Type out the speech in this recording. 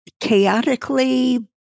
chaotically